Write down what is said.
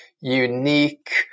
unique